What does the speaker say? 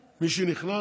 אם כי לפי אותם נתונים,